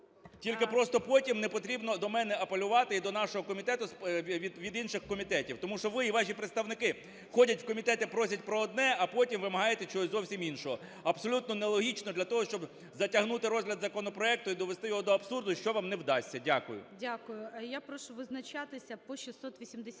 Тільки просто потім не потрібно до мене апелювати і до нашого комітету від інших комітетів. Тому що ви і ваші представники ходять в комітет і просять про одне, а потім вимагаєте чогось зовсім іншого. Абсолютно нелогічно для того, щоб затягнути розгляд законопроекту і довести його до абсурду, що вам не вдасться. Дякую. ГОЛОВУЮЧИЙ. Дякую. Я прошу визначатися по 685